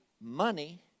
money